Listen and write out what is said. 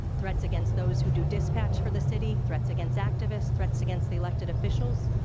threats against those who do dispatch for the city, threats against activists, threats against the elected officials.